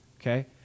okay